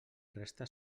resta